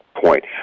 point